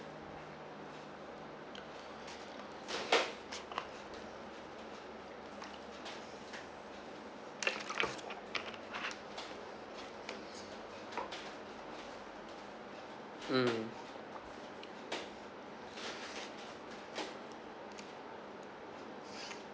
mm